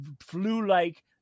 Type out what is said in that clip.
flu-like